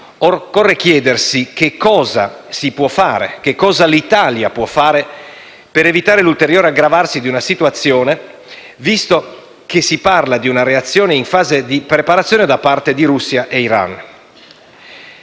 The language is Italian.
occorre chiedersi che cosa si può fare, che cosa l'Italia può fare, per evitare l'ulteriore aggravarsi della situazione, visto che si parla di una reazione in fase di preparazione da parte di Russia e Iran.